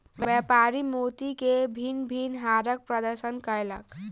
व्यापारी मोती के भिन्न भिन्न हारक प्रदर्शनी कयलक